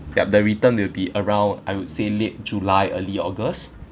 yup the return will be around I would say late july early august